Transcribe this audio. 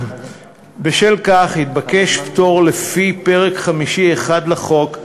ובשל כך התבקש פטור לפי פרק חמישי 1 לחוק,